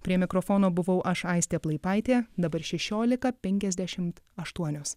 prie mikrofono buvau aš aistė plaipaitė dabar šešiolika penkiasdešimt aštuonios